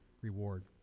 reward